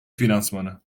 finansmanı